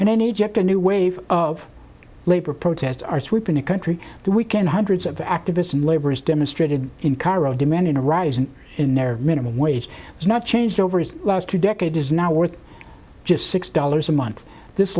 and in egypt a new wave of labor protests are sweeping the country the weekend hundreds of activists and laborers demonstrated in cairo demanding a rise and in their minimum wage has not changed over the last two decades is now worth just six dollars a month this